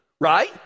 right